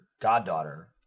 goddaughter